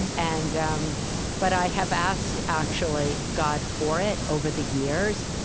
and um but i have asked, actually, god for it over the years,